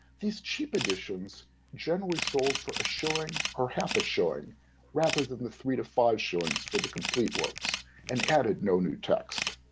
these cheap editions generally sold for a showing or half a showing rather than the three to five showings for the complete works and added no new text.